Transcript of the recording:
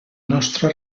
nostra